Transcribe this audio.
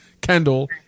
Kendall